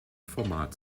format